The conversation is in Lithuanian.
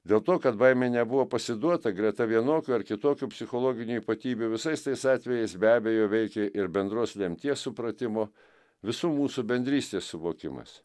dėl to kad baimei nebuvo pasiduota greta vienokių ar kitokių psichologinių ypatybių visais tais atvejais be abejo veikė ir bendros lemties supratimo visų mūsų bendrystės suvokimas